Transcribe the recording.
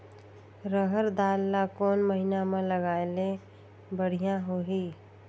रहर दाल ला कोन महीना म लगाले बढ़िया होही?